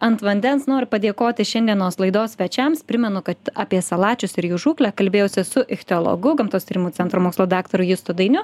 ant vandens noriu padėkoti šiandienos laidos svečiams primenu kad apie salačius ir jų žūklę kalbėjausi su ichtiologu gamtos tyrimų centro mokslo daktaru justu dainiu